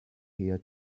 here